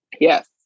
Yes